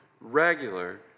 regular